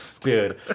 dude